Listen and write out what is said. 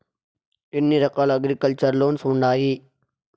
ఎన్ని రకాల agriculture loans ఉండాయి